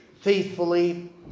faithfully